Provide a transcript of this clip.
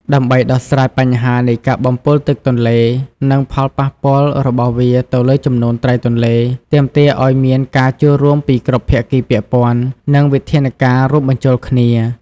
ដើម្បីដោះស្រាយបញ្ហានៃការបំពុលទឹកទន្លេ និងផលប៉ះពាល់របស់វាទៅលើចំនួនត្រីទន្លេ ទាមទារឱ្យមានការចូលរួមពីគ្រប់ភាគីពាក់ព័ន្ធ និងវិធានការរួមបញ្ចូលគ្នា។